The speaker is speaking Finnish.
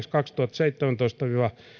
kaksituhattaseitsemäntoista viiva